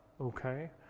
okay